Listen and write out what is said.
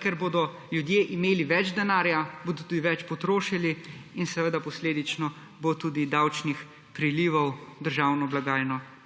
ker bodo ljudje imeli več denarja, bodo tudi več potrošili in seveda posledično bo tudi davčnih prilivov v državno blagajno